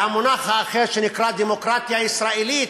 ובין המונח האחר שנקרא דמוקרטיה ישראלית,